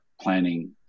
planning